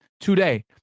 today